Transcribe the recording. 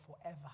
forever